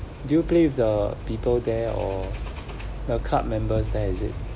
do you play with the people there or the card members there is it